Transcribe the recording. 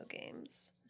games